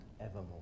evermore